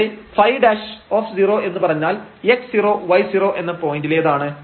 ഇവിടെ ɸ' എന്ന് പറഞ്ഞാൽ x0y0 എന്ന പോയന്റിലേതാണ്